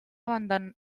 abandonaría